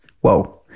Whoa